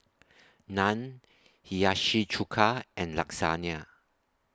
Naan Hiyashi Chuka and Lasagna